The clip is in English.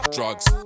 Drugs